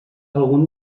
algun